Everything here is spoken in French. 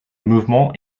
mouvement